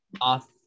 off